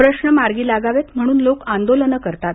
प्रश्न मार्गी लागावेत म्हणून लोक आंदोलन करतात